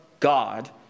God